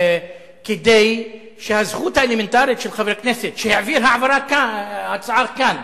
כדי שהזכות האלמנטרית של חבר כנסת שהעביר הצעה כאן,